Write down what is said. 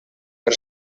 per